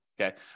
Okay